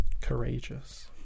Courageous